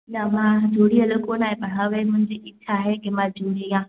न मां झूली अल कोन्ह आहियां पर हा वे मुंहिंजी इच्छा आहे की मां झूलिआ